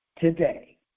today